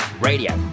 Radio